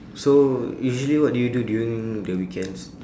so usually what do you do during the weekends